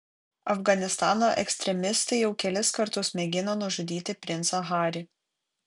afganistano ekstremistai jau kelis kartus mėgino nužudyti princą harį